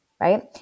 right